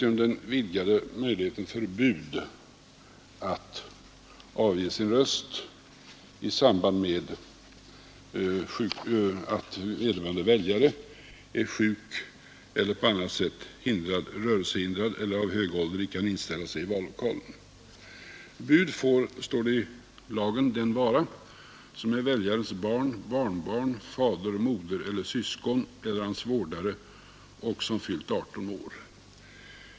Vidare föreslås vidgade möjligheter för bud att avge röst för jare som är sjuk, rörelsehindrad eller som på grund av hög ålder ej kan inställa sig i vallokalen. Bud får, står det i lagen, den vara som är väljarens barn, barnbarn, fader, moder eller syskon eller hans vårdare och som fyllt 18 år.